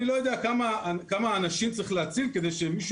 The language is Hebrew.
אני לא יודע כמה אנשים צריך להציל כדי שמישהו